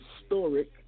historic